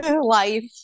Life